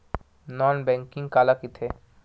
Non banking काला कइथे?